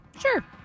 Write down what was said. Sure